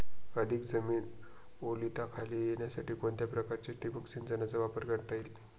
अधिक जमीन ओलिताखाली येण्यासाठी कोणत्या प्रकारच्या ठिबक संचाचा वापर करता येईल?